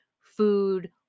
food